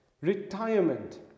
Retirement